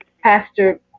Pastor